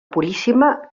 puríssima